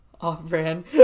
Off-brand